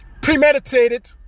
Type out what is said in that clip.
premeditated